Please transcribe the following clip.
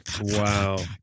wow